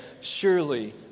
surely